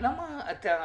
למה אתה